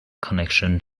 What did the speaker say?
connection